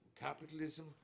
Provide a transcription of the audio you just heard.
capitalism